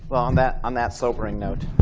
well, on that on that sobering note,